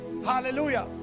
Hallelujah